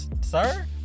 sir